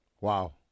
Wow